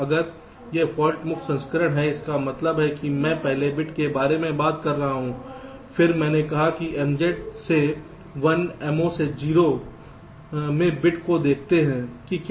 तो अगर यह फाल्ट मुक्त संस्करण है इसका मतलब है मैं पहले बिट के बारे में बात कर रहा हूं फिर मैंने कहा कि MZ से 1 Mo से 0 में बिट को देखते हैं कि क्या होता है